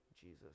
Jesus